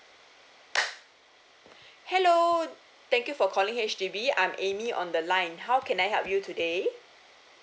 hello thank you for calling H_D_B I'm Amy on the line how can I help you today